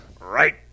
Right